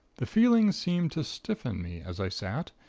the feeling seemed to stiffen me, as i sat,